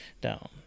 down